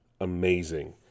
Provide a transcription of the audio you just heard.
amazing